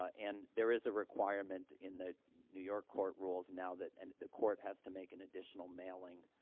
ah and there is a requirement in the new york court rules now that and the court has to make an additional mailing,